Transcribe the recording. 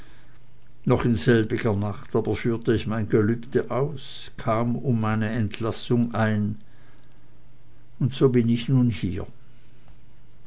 noch in selber woche aber führte ich mein gelübde aus kam um meine entlassung ein und so bin ich nun hier